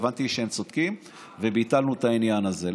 הבנתי שהם צודקים וביטלנו את העניין הזה.